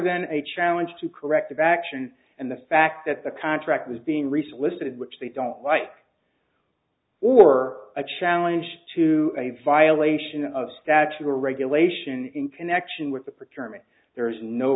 than a challenge to corrective action and the fact that the contract was being recent listed which they don't like or a challenge to a violation of statute or regulation in connection with the paternity there is no